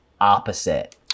opposite